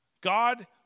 God